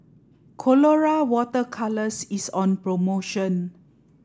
colora water colours is on promotion